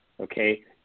okay